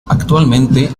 actualmente